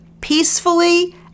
Peacefully